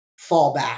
fallback